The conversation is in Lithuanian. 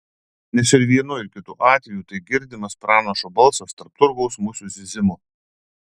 nes ir vienu ir kitu atveju tai girdimas pranašo balsas tarp turgaus musių zyzimo